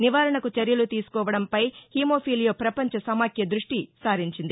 నివారణకు చర్యలు తీసుకోవడంపై హిమోఫీలియో పపంచ సమాఖ్య దృష్టి సారించింది